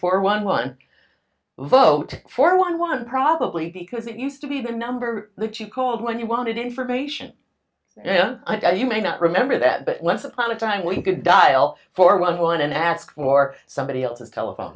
for one one vote for one one probably because it used to be the number that you called when you wanted information you may not remember that but once upon a time we could dial four one one and ask for somebody else's telephone